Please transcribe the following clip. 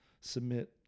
submit